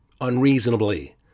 unreasonably